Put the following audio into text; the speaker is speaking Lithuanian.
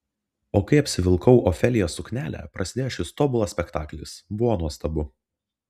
o kai apsivilkau ofelijos suknelę prasidėjo šis tobulas spektaklis buvo nuostabu